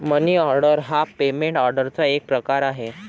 मनी order हा payment ऑर्डरचा एक प्रकार आहे